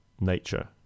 nature